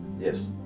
yes